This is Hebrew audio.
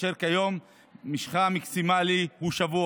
אשר כיום משכה המקסימלי הוא שבוע,